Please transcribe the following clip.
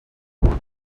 stones